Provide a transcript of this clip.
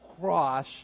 cross